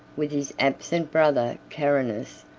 with his absent brother carinus,